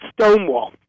Stonewall